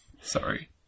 Sorry